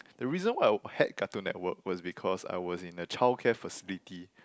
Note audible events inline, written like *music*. the reason why I *noise* had Cartoon Network was because I was in a childcare facility